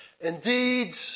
Indeed